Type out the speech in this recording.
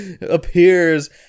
appears